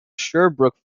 sherbrooke